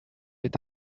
est